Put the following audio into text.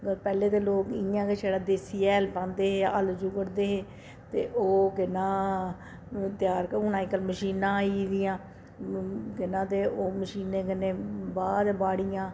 पैह्ले ते लोक इ'यां गै छड़ा देसी हैल पांदे हे हल्ल जुगडदे हे ते ओह् के नां त्यार ते हून अज्जकल मशीनां आइयै दियां के नां ते ओह् मशीनें कन्नै बांह्दे बाड़ियां